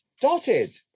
dotted